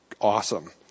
awesome